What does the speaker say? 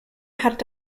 hat